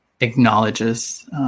acknowledges